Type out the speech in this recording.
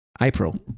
April